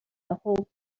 whole